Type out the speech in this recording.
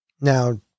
Now